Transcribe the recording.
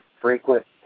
frequent